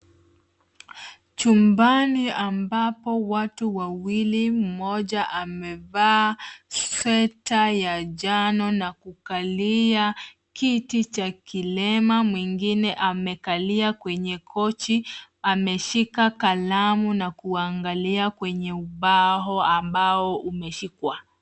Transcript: Chumbani ambapo watu wawili, mmoja amevaa sweta ya njano na kukalia kiti cha kilema mwingine amekalia kwenye kochi ameshika kalamu na kuangalia kwenye ubao ambao umeshikwa.